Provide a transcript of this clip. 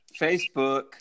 Facebook